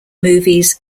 movies